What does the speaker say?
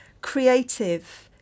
creative